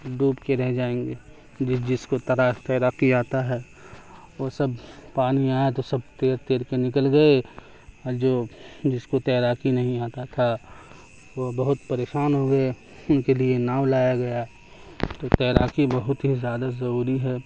ڈوب کے رہ جائیں گے جس جس کو تیراکی تیراکی آتا ہے وہ سب پانی آئے تو سب تیر تیر کے نکل گئے جو جس کو تیراکی نہیں آتا تھا وہ بہت پریشان ہوئے ان کے لیے ناؤ لایا گیا تو تیراکی بہت ہی زیادہ ضروری ہے